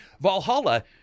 valhalla